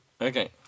Okay